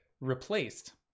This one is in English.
replaced